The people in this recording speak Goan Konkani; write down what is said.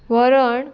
वरण